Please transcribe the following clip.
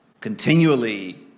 continually